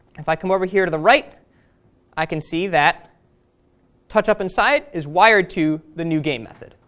if i come over here to the right i can see that touch up inside is wired to the newgame method.